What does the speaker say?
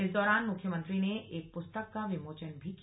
इस दौरान मुख्यमंत्री ने एक पुस्तक का विमोचन भी किया